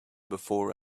before